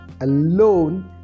alone